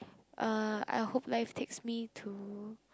uh I hope life takes me to